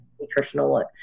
nutritional